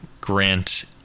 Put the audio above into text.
grant